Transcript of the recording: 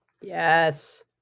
Yes